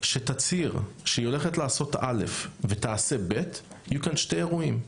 שתצהיר שהיא הולכת לעשות א' ותעשה ב' יהיו כאן שני אירועים.